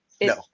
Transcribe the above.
No